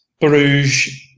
Bruges